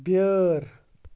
بیٲر